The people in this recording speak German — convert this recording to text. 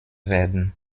werden